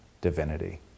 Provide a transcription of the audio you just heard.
divinity